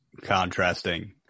contrasting